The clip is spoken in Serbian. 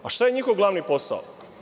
Šta je njihov glavni posao?